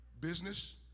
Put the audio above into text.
Business